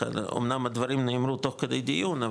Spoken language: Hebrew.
אמנם הדברים נאמרו תוך כדי דיון,